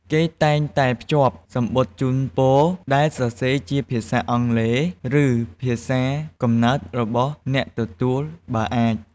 គេតែងតែភ្ជាប់ សំបុត្រជូនពរ ដែលសរសេរជាភាសាអង់គ្លេស ឬភាសាកំណើតរបស់អ្នកទទួល បើអាច។